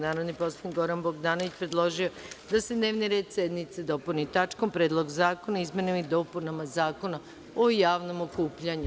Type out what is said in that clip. Narodni poslanik Goran Bogdanović predložio je da se dnevni red sednice dopuni tačkom – Predlog zakona o izmenama i dopunama Zakona o javnom okupljanju.